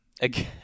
Again